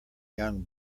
young